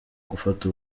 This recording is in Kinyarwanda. gufata